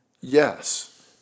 Yes